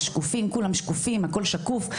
כולם שקופים, הכול שקוף.